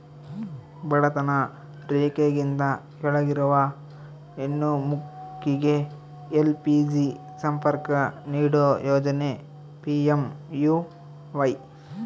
ಬಡತನ ರೇಖೆಗಿಂತ ಕೆಳಗಿರುವ ಹೆಣ್ಣು ಮಕ್ಳಿಗೆ ಎಲ್.ಪಿ.ಜಿ ಸಂಪರ್ಕ ನೀಡೋ ಯೋಜನೆ ಪಿ.ಎಂ.ಯು.ವೈ